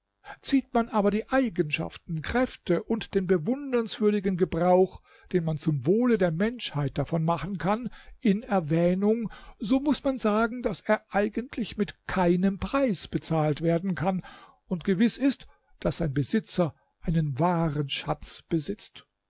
zieht man aber die eigenschaften kräfte und den bewundernswürdigen gebrauch den man zum wohle der menschheit davon machen kann in erwähnung so muß man sagen daß er eigentlich mit keinem preis bezahlt werden kann und gewiß ist daß sein besitzer einen wahren schatz besitzt